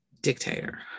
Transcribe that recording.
dictator